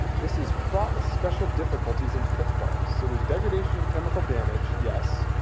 this is fraught with special difficulties and pitfalls. so there's degradation and chemical damage, yes.